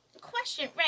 question